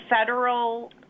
federal